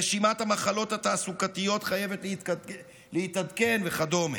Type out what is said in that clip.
רשימת המחלות התעסוקתיות חייבת להתעדכן, וכדומה.